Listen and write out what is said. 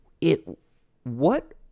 it—what—